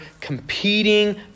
competing